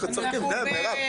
צחקתי.